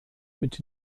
mit